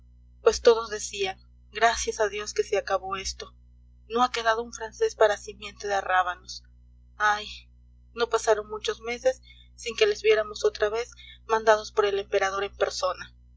pues todos decían gracias a dios que se acabó esto no ha quedado un francés para simiente de rábanos ay no pasaron muchos meses sin que les viéramos otra vez mandados por el emperador en persona